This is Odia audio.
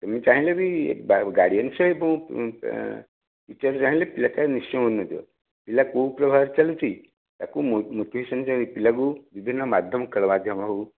ତୁମେ ଚାହିଁଲେ ବି ଗାଇଡ଼େନ୍ସ ଏବଂ ଇତ୍ୟାଦି ଜାଣିଲେ ପିଲାଟାର ନିଶ୍ଚୟ ଉନ୍ନତି ହେବ ପିଲା କେଉଁ ପ୍ରଭାବରେ ଚାଲିଛି ତାକୁ ମୁଁ ମୋଟିଭେସନ୍ ପିଲାକୁ ବିଭିନ୍ନ ମାଧ୍ୟମ ଖେଳ ମାଧ୍ୟମ ହେଉ